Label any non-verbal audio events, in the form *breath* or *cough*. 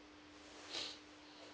*breath*